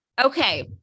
okay